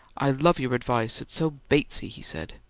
i love you advice it's so batesy, he said.